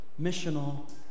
missional